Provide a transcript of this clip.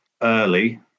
early